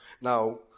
Now